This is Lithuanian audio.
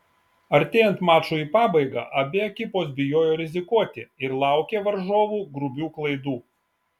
artėjant mačui į pabaigą abi ekipos bijojo rizikuoti ir laukė varžovų grubių klaidų